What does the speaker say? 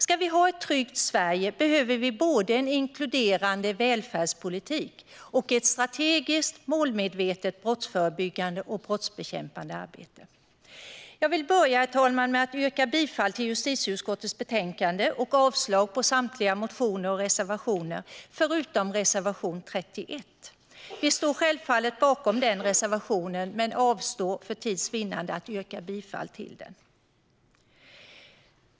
Ska vi ha ett tryggt Sverige behöver vi både en inkluderande välfärdspolitik och ett strategiskt och målmedvetet brottsförebyggande och brottsbekämpande arbete. Jag vill börja med att yrka bifall till justitieutskottets förslag och avslag på samtliga motioner och reservationer utom reservation 31. Vi står självfallet bakom den reservationen men avstår för tids vinnande att yrka bifall till den.